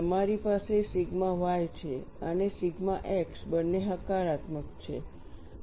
તમારી પાસે sigma y છે અને સિગ્મા x બંને હકારાત્મક છે